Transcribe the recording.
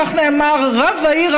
כך נאמר: רב העיר,